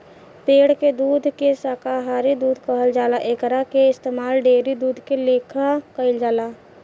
पेड़ के दूध के शाकाहारी दूध कहल जाला एकरा के इस्तमाल डेयरी दूध के लेखा कईल जाला